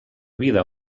vida